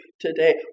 today